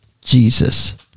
Jesus